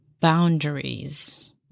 boundaries